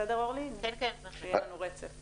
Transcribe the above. טוב שהמשדר הזה גם בזום כי זו דוגמה להנגשה של